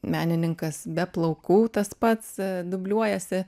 menininkas be plaukų tas pats dubliuojasi